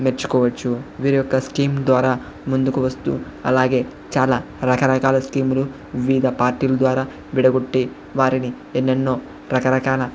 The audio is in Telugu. మెచ్చుకోవచ్చు వీరి యొక్క స్కీం ద్వారా ముందుకు వస్తూ అలాగే చాలా రకరకాల స్కీంలు వివిధ పార్టీ ల ద్వారా విడగొట్టి వారిని ఎన్నెన్నో రకరకాల